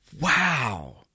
wow